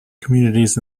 communities